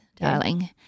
darling